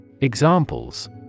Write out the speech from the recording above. Examples